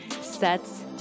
sets